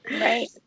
Right